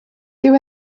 dyw